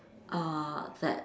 err that